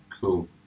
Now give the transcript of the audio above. cool